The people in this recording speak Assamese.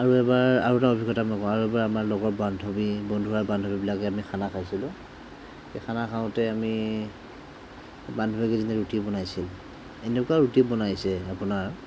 আৰু এবাৰ আৰু এটা অভিজ্ঞতা মই কওঁ আৰু এবাৰ আমাৰ লগৰ বান্ধৱী বন্ধু আৰু বান্ধৱীবিলাকে আমি খানা খাইছিলোঁ সেই খানা খাওঁতে আমি বান্ধৱী কেইজনীয়ে ৰুটি বনাইছিল এনেকুৱা ৰুটি বনাইছে আপোনাৰ